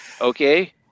Okay